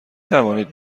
توانید